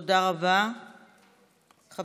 אני אעשה